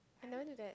I never knew that